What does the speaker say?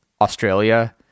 Australia